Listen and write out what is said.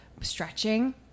stretching